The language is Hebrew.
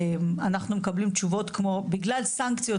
אנחנו מקבלים תשובות כמו בגלל סנקציות